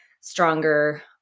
stronger